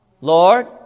Lord